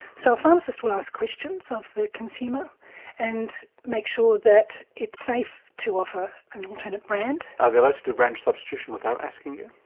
so a pharmacist will ask questions of the consumer and make sure that it's safe to offer an alternate brand. are they allowed to do brand substitution without asking you?